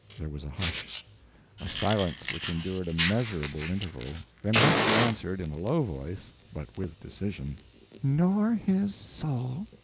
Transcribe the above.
there was a hush a silence which endured a measurable interval then hester answered, in a low voice, but with decision nor his soul?